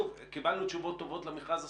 קיבלנו תשובות טובות למכרז הספציפי,